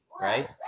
right